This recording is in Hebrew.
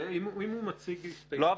אבל אם הוא מציג הסתייגות --- לא,